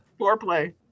Foreplay